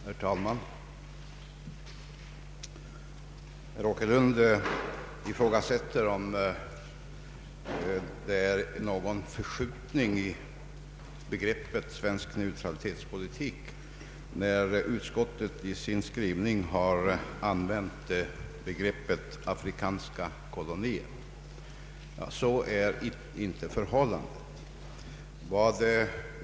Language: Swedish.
Herr talman! Herr Åkerlund ifrågasätter, om det är någon förskjutning i svensk neutralitetspolitik, när utskottet i sin skrivning har använt begreppet ”afrikanska kolonier”. Så är inte förhållandet.